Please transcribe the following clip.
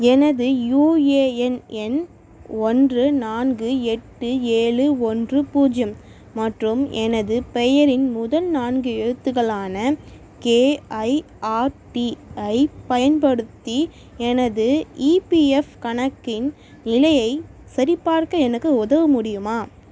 எனது யுஏஎன் எண் ஒன்று நான்கு எட்டு ஏழு ஒன்று பூஜ்ஜியம் மற்றும் எனது பெயரின் முதல் நான்கு எழுத்துகளான கே ஐ ஆர் டி யைப் பயன்படுத்தி எனது ஈபிஎஃப் கணக்கின் நிலையைச் சரிபார்க்க எனக்கு உதவ முடியுமா